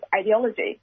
ideology